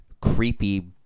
creepy